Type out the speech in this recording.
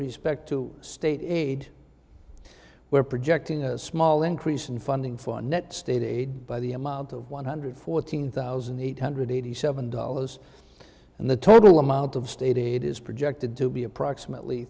respect to state aid we're projecting a small increase in funding for net state aid by the amount of one hundred fourteen thousand eight hundred eighty seven dollars and the total amount of state it is projected to be approximately